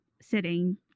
sitting